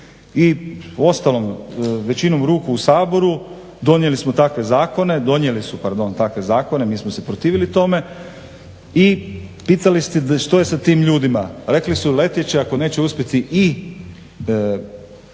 Saboru donijeli smo takve zakone, donijeli su pardon takve zakone mi smo se protivili tome i pitali ste što je sa tim ljudima, rekli su ako neće uspjeti i